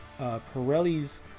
Pirelli's